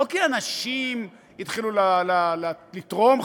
לא כי אנשים התחילו לתרום,